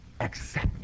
accept